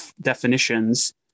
definitions